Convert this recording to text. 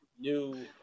new